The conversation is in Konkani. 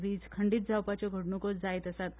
वीज खंडीत जावपाच्यो घडणुको जायत आसात